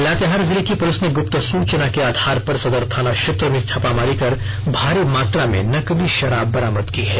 लातेहार जिले की पुलिस ने गुप्त सूचना के आधार पर सदर थाना क्षेत्र में छापेमारी कर भारी मात्रा में नकली शराब बरामद की है